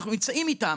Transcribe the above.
אנחנו נמצאים איתם,